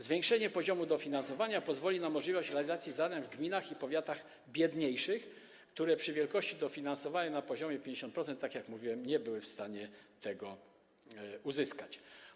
Zwiększenie poziomu dofinansowania pozwoli na realizację zadań w gminach i powiatach biedniejszych, które przy wielkości dofinansowania na poziomie 50%, tak jak mówiłem, nie były w stanie tego uzyskać.